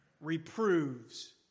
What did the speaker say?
Reproves